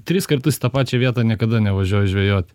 tris kartus į tą pačią vietą niekada nevažiuoju žvejot